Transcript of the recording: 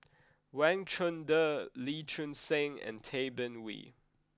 Wang Chunde Lee Choon Seng and Tay Bin Wee